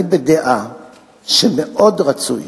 אני בדעה שמאוד רצוי